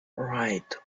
right